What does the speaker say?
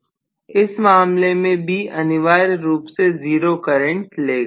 इस मामले में B अनिवार्य रूप से 0 करंट लेगा